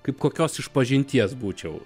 kaip kokios išpažinties būčiau